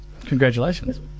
Congratulations